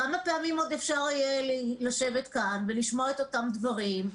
כמה פעמים עוד אפשר יהיה לשבת כאן ולשמוע את אותם דברים?